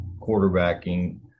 quarterbacking